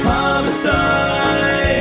Homicide